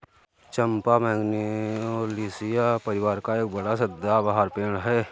चंपा Magnoliaceae परिवार का एक बड़ा सदाबहार पेड़ है